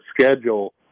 schedule